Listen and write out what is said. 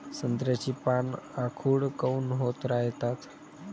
संत्र्याची पान आखूड काऊन होत रायतात?